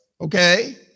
Okay